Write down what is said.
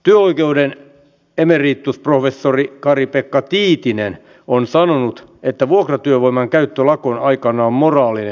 työoikeuden emeritusprofessori kari pekka tiitinen on sanonut että vuokratyövoiman käyttö lakon aikana on moraalinen ongelma